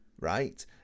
right